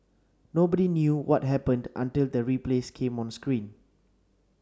nobody knew what happened until the replays came on screen